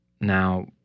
now